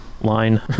line